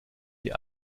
die